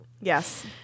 Yes